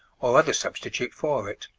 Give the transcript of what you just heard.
or other substitute for it.